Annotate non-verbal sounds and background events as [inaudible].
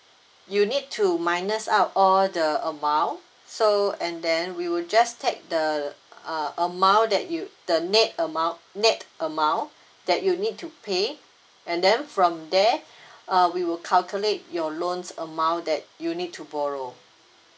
you need to minus out all the amount so and then we will just take the uh amount that you the net amount net amount that you need to pay and then from there [breath] uh we will calculate your loans amount that you need to borrow